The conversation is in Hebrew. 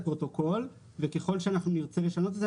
פרוטוקול וככל שאנחנו נרצה לשנות את זה,